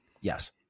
Yes